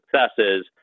successes